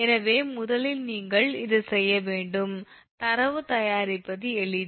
எனவே முதலில் நீங்கள் இதைச் செய்ய வேண்டும் தரவு தயாரிப்பது எளிது